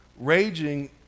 raging